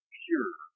pure